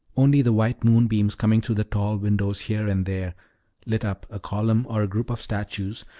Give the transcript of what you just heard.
only the white moonbeams coming through the tall windows here and there lit up a column or a group of statues,